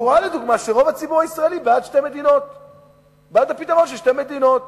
והוא רואה לדוגמה שרוב הציבור הישראלי בעד הפתרון של שתי מדינות.